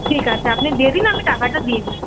ঠিক আছে আপনি দিয়ে দিন আমি টাকাটা দিয়ে দিচ্ছি